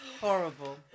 Horrible